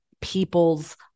people's